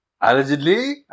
Allegedly